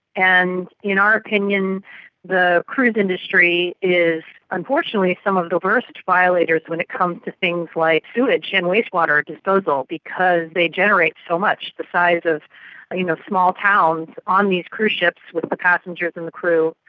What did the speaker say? and in our opinion the cruise industry is unfortunately some of the worst violators when it comes to things like sewage and wastewater disposal because they generate so much, the size of you know small towns on these cruise ships with the passengers and the crew,